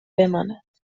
بماند